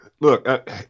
Look